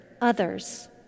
others